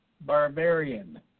Barbarian